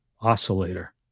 oscillator